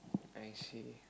I see